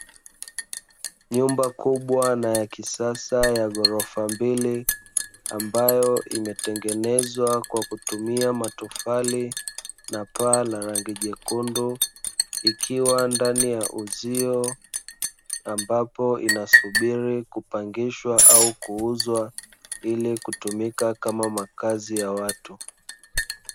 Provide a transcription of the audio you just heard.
Nyumba kubwa na ya kisasa ya ghorofa mbili ambayo imetengenezwa kwa kutumia matofali na paa la rangi jekundu ikiwa ndani ya uzio, ambapo inasubiri kupangishwa au kuuzwa ili kutumika kama makazi ya watu.